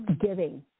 giving